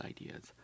ideas